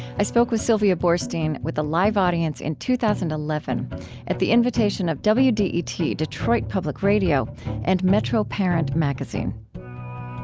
i spoke with sylvia boorstein with a live audience in two thousand and eleven at the invitation of wdet yeah detroit detroit public radio and metro parent magazine